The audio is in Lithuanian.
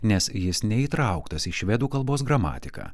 nes jis neįtrauktas į švedų kalbos gramatiką